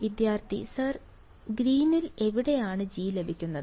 വിദ്യാർത്ഥി സർ ഗ്രീനിൽ എവിടെയാണ് ജി ലഭിക്കുന്നത്